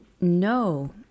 no